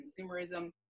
consumerism